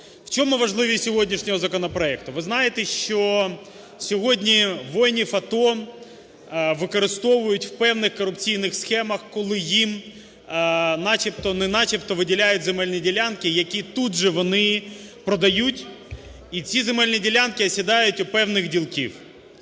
В чому важливість сьогоднішнього законопроекту? Ви знаєте, що сьогодні воїнів АТО використовують в певних корупційних схемах, коли їм начебто, не начебто виділяють земельні ділянки, які тут же вони продають, і ці земельні ділянки осідають у певних ділків.